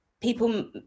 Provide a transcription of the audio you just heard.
people